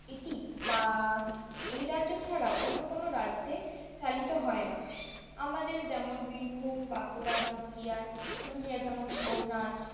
এটি বা এই রাজ্য ছাড়া অন্য কোনো রাজ্যে চালিত হয় না আমাদের যেমন বীরভূম বাঁকুড়া পুরুলিয়ায় পুরুলিয়া যেমন ছৌ নাচ